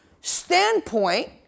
standpoint